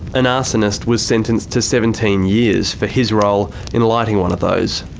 an arsonist was sentenced to seventeen years for his role in lighting one of those.